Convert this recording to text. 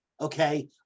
okay